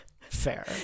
fair